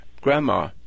grandma